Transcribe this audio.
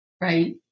right